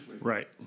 Right